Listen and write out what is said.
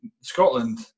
scotland